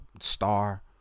star